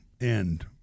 end